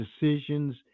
decisions